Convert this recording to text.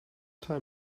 time